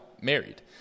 married